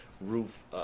roof